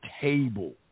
table